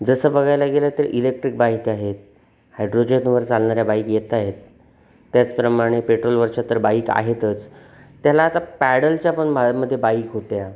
जसं बघायला गेलं तर इलेक्ट्रिक बाईक आहेत हायड्रोजनवर चालणाऱ्या बाईक येत आहेत त्याचप्रमाणे पेट्रोलवरच्या तर बाईक आहेतच त्याला आता पॅडलच्या पण भामध्ये बाईक होत्या